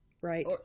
right